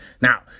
now